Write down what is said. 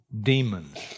demons